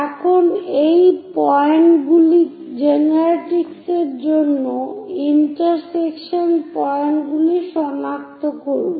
এখন এই জেনারেট্রিক্সের জন্য ইন্টারসেকশন পয়েন্টগুলি সনাক্ত করুন